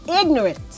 ignorant